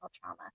trauma